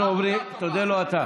תודה לו אתה.